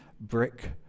brick